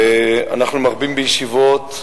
ואנחנו מרבים בישיבות,